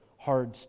Hard